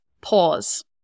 pause